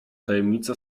tajemnica